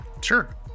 Sure